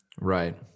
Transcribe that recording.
Right